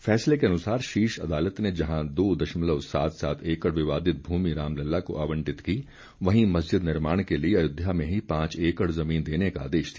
फैसले के अनुसार शीर्ष अदालत ने जहां दो दशमलव सात सात एकड़ विवादित भूमि रामलला को आवंटित की वहीं मजिस्द निर्माण के लिए अयोध्या में ही पांच एकड़ जमीन देने का आदेश दिया